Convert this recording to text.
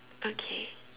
okay